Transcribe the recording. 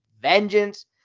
vengeance